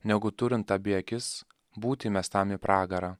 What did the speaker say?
negu turint abi akis būt įmestam į pragarą